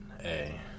Hey